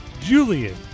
Julian